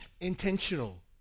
intentional